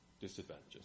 disadvantages